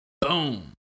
boom